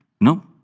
No